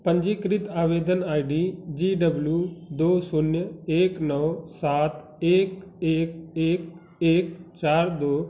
पंजीकृत आवेदन I D G W दो शून्य एक नौ सात एक एक एक एक चार दो